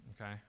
Okay